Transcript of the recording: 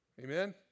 Amen